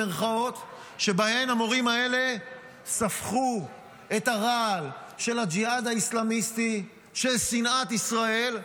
שבהן המורים האלה ספחו את הרעל של הג'יהאד האסלאמיסטי של שנאת ישראל,